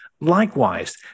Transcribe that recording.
Likewise